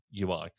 UI